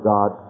God